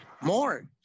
more